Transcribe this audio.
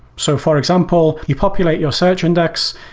so for example, you populate your search index.